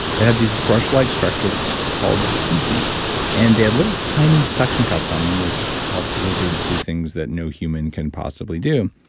they had these brush like structures called setae, and they had little tiny suction cups on them which helped lizards do things that no human can possibly do.